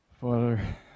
Father